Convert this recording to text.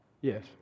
Yes